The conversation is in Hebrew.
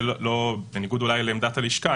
בניגוד אולי לעמדת הלשכה,